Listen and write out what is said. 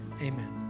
Amen